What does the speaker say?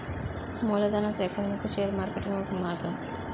మూలధనా సేకరణకు share marketing ఒక మార్గం